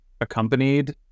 accompanied